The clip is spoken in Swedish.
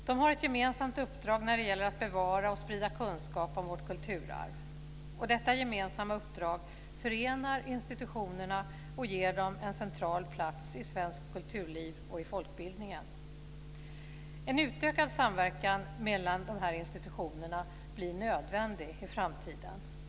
De har ett gemensamt uppdrag när det gäller att bevara och sprida kunskap om vårt kulturarv. Detta gemensamma uppdrag förenar institutionerna och ger dem en central plats i svenskt kulturliv och i folkbildningen. En utökad samverkan mellan de här institutionerna blir nödvändig i framtiden.